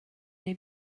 neu